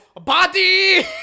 body